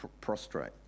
prostrate